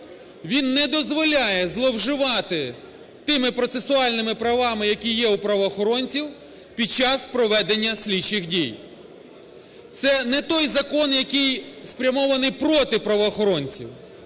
Він не дозволяє зловживати тими процесуальними правами, які є у правоохоронців під час проведення слідчих дій. Це не той закон, який спрямований проти правоохоронців,